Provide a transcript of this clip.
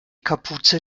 kapuze